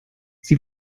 sie